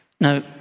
Now